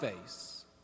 face